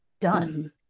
Done